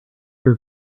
your